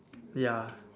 ya